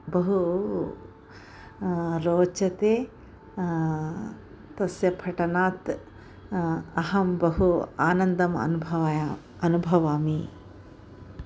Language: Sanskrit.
बहु रोचते तस्य पठनात् अहं बहु आनन्दम् अनुभवामि अनुभवामि